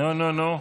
נו נו נו.